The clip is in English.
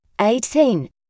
eighteen